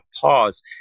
pause